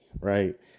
right